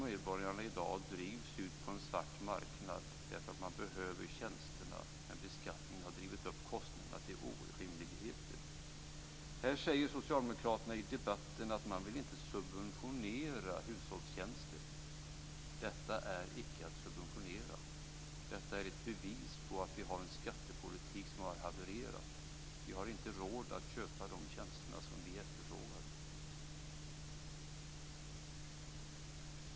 Medborgarna drivs i dag ut på en svart marknad därför att de behöver tjänsterna, men beskattningen har drivit upp kostnaderna till orimligheter. Här säger Socialdemokraterna i debatten att man inte vill subventionera hushållstjänster. Detta är icke att subventionera. Detta är ett bevis på att vi har en skattepolitik som har havererat. Vi har inte råd att köpa de tjänster som vi efterfrågar.